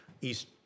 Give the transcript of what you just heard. East